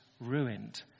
Ruined